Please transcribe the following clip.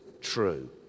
true